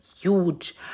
huge